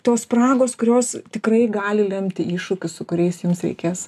tos spragos kurios tikrai gali lemti iššūkius su kuriais jums reikės